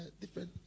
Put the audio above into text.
different